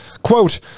Quote